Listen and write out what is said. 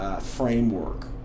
framework